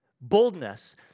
boldness